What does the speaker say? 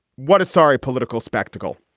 what a sorry political spectacle.